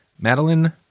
Madeline